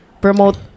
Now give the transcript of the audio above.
promote